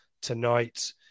tonight